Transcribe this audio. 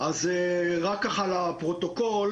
לפרוטוקול